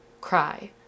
Cry